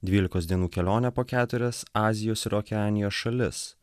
dvylikos dienų kelionę po keturias azijos ir okeanijos šalis